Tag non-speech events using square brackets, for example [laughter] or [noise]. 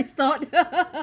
is not [laughs]